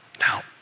Now